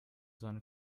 seine